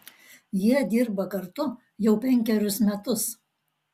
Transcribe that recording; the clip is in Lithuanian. jie dirba kartu jau penkerius metus